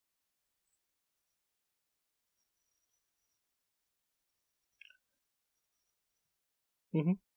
mmhmm